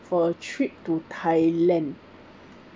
for a trip to thailand